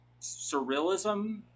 surrealism